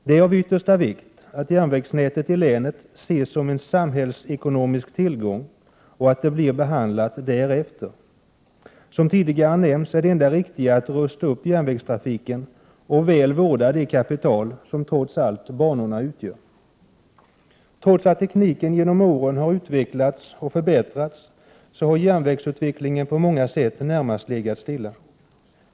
Det är av yttersta vikt att järnvägsnätet i länet ses som en samhällsekonomisk tillgång och att det blir behandlat därefter. Som tidigare nämnts är det enda riktiga att rusta upp järnvägstrafiken och väl vårda det kapital som, trots allt, banorna utgör. Trots att tekniken genom åren har utvecklats och förbättrats har järnvägsutvecklingen på många sätt närmast legat stilla.